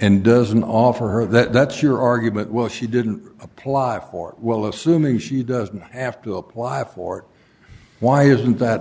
and doesn't offer her that's your argument well she didn't apply for well assuming she doesn't have to apply for why isn't that